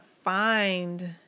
find